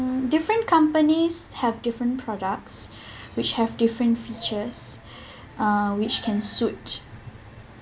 different companies have different products which have different features uh which can switch